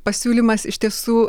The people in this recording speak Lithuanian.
pasiūlymas iš tiesų